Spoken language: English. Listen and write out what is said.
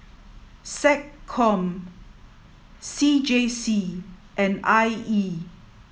SecCom C J C and I E